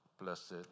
blessed